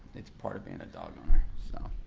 it's part of being a dog owner, so.